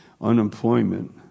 unemployment